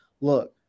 look